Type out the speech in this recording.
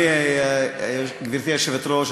גברתי היושבת-ראש,